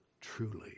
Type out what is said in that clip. truly